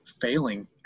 failing